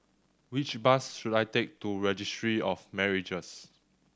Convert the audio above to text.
which bus should I take to Registry of Marriages